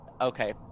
Okay